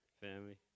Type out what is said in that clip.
family